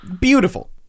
Beautiful